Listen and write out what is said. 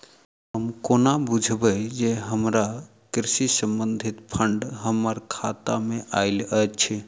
हम कोना बुझबै जे हमरा कृषि संबंधित फंड हम्मर खाता मे आइल अछि?